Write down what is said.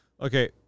Okay